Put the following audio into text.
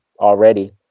already